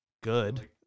good